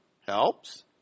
helps